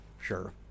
Sure